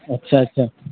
अच्छा अच्छा